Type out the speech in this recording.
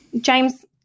James